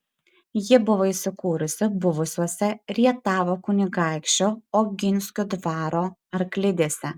ji buvo įsikūrusi buvusiose rietavo kunigaikščių oginskių dvaro arklidėse